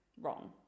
wrong